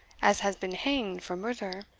as has been hanged for murther,